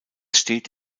steht